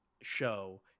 show